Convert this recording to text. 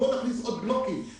בואו נכניס עוד בלוקים,